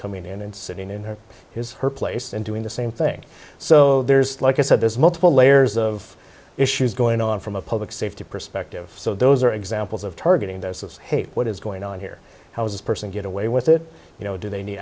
coming in and sitting in his her place and doing the same thing so there's like i said there's multiple layers of issues going on from a public safety perspective so those are examples of targeting the hate what is going on here how is this person get away with it you know do they need